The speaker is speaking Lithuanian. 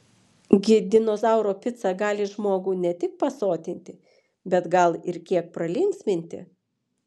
gi dinozauro pica gali žmogų ne tik pasotinti bet gal ir kiek pralinksminti